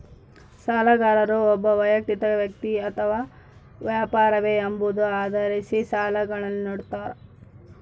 ಸಾಲಗಾರರು ಒಬ್ಬ ವೈಯಕ್ತಿಕ ವ್ಯಕ್ತಿ ಅಥವಾ ವ್ಯಾಪಾರವೇ ಎಂಬುದನ್ನು ಆಧರಿಸಿ ಸಾಲಗಳನ್ನುನಿಡ್ತಾರ